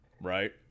Right